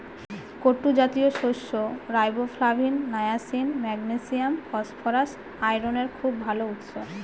কুট্টু জাতীয় শস্য riboflavin, niacin, magnesium, phosphorus, আয়রনের খুব ভাল উৎস